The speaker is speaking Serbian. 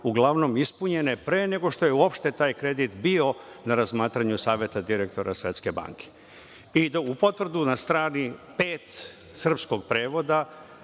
uglavnom ispunjene pre nego što je uopšte taj kredit bio na razmatranju Saveta direktora Svetske banke i da u potvrdi na strani 5. srpskog prevoda,